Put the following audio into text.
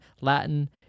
Latin